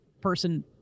person